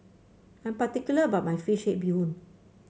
I'm particular about my fish head Bee Hoon